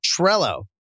Trello